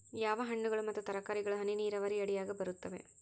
ಯಾವ ಹಣ್ಣುಗಳು ಮತ್ತು ತರಕಾರಿಗಳು ಹನಿ ನೇರಾವರಿ ಅಡಿಯಾಗ ಬರುತ್ತವೆ?